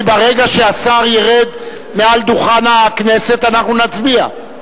כי ברגע שהשר ירד מדוכן הכנסת אנחנו נצביע.